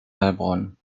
heilbronn